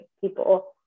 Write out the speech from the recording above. people